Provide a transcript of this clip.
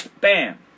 bam